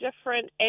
different